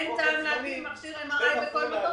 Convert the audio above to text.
אין טעם להביא מכשיר MRI לכל מקום,